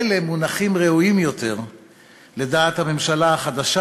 אלה מונחים ראויים יותר לדעת הממשלה החדשה,